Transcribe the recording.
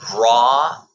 raw